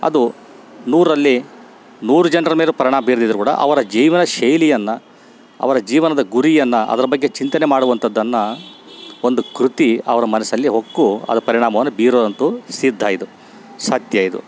ಅದು ನೂರರಲ್ಲಿ ನೂರು ಜನರ ಮೇಲು ಪರಿಣಾಮ್ ಬೀರದಿದ್ರು ಕೂಡ ಅವರ ಜೀವನ ಶೈಲಿಯನ್ನು ಅವರ ಜೀವನದ ಗುರಿಯನ್ನು ಅದರ ಬಗ್ಗೆ ಚಿಂತನೆ ಮಾಡುವಂಥದ್ದನ್ನ ಒಂದು ಕೃತಿ ಅವರ ಮನಸಲ್ಲಿ ಹೊಕ್ಕು ಅದು ಪರಿಣಾಮವನ್ನು ಬೀರೋದಂತು ಸಿದ್ಧ ಇದು ಸತ್ಯ ಇದು